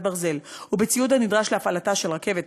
ברזל ובציוד הנדרש להפעלתה של רכבת,